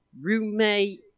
roommate